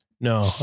No